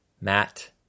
Matt